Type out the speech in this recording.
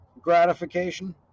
gratification